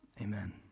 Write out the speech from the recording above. Amen